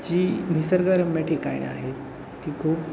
जी निसर्गरम्य ठिकाणे आहेत ती खूप